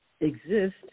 exist